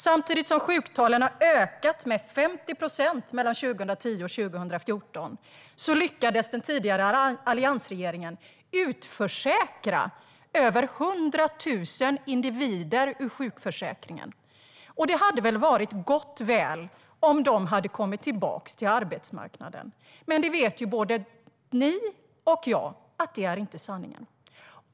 Samtidigt som sjuktalen ökade med 50 procent mellan 2010 och 2014 lyckades den tidigare alliansregeringen utförsäkra över 100 000 individer ur sjukförsäkringen. Det hade varit gott och väl om de hade kommit tillbaka till arbetsmarknaden. Med både ni och jag vet att det inte är sanningen.